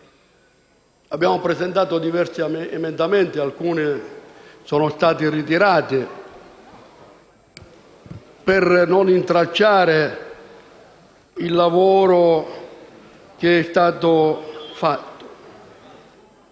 Abbiamo presentato diversi emendamenti, alcuni dei quali sono stati ritirati per non intralciare il lavoro che è stato fatto.